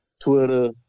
Twitter